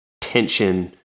tension